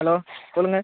hello சொல்லுங்கள்